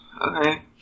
okay